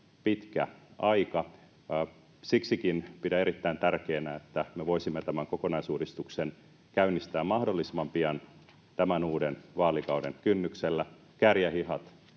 pitkä aika. Siksikin pidän erittäin tärkeänä, että me voisimme tämän kokonaisuudistuksen käynnistää mahdollisimman pian tämän uuden vaalikauden kynnyksellä: kääriä hihat,